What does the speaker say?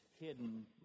hidden